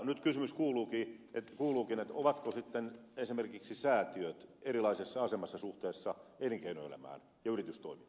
nyt kysymys kuuluukin ovatko sitten esimerkiksi säätiöt erilaisessa asemassa suhteessa elinkeinoelämään ja yritystoimintaan